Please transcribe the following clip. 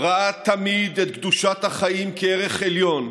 ראה תמיד את קדושת החיים כערך עליון,